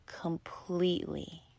completely